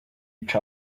each